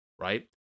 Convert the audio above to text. Right